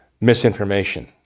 misinformation